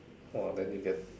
orh then you get